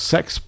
Sex